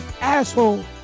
asshole